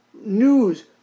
news